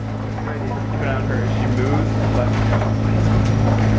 okay, good idea. keep an eye on her, if she moves, let me know. what is going on?